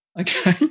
okay